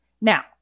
Now